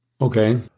Okay